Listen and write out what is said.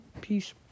Peace